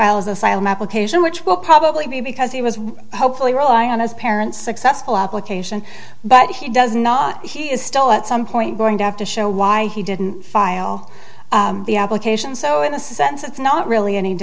file as asylum application which will probably be because he was hopefully rely on his parents successful application but he does not he is still at some point going to have to show why he didn't file the application so in a sense it's not really any